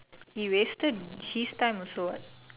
he wasted his time also what